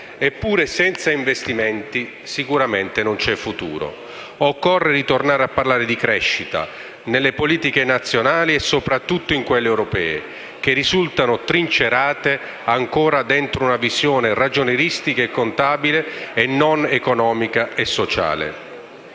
Eppure, senza investimenti non c'è futuro. Occorre ritornare a parlare di crescita nelle politiche nazionali e soprattutto in quelle europee, che risultano trincerate ancora dentro una visione ragionieristica e contabile, e non economica e sociale.